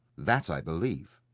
that i believe.